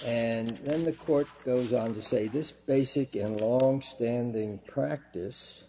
and then the court goes on to say this basic in longstanding practice